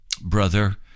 Brother